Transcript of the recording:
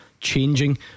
changing